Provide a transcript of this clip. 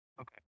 Okay